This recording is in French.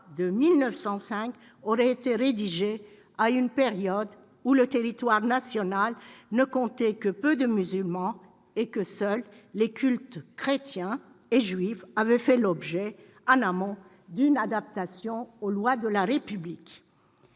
de 1905 aurait été rédigée à une époque où le territoire national ne comptait que peu de musulmans, et que seuls les cultes chrétiens et juif avaient fait l'objet, en amont, d'une adaptation aux lois de la République.